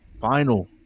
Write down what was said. final